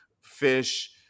fish